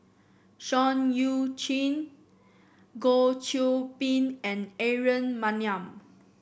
Seah Eu Chin Goh Qiu Bin and Aaron Maniam